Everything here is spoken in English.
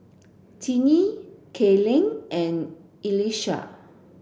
Tinie Kayleigh and Elisha